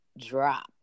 drop